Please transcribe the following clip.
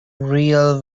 real